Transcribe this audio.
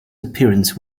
appearance